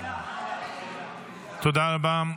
תודה רבה.